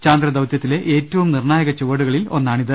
ചാന്ദ്രദൌത്യത്തിലെ ഏറ്റവും നിർണായക ചുവടുക ളിൽ ഒന്നാണിത്